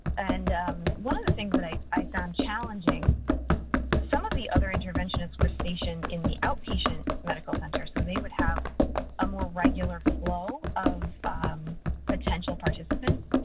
and one of the things that i i found challenging some of the other interventionists were stationed in the outpatient medical center, so they would have a more regular flow of potential participants.